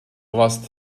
last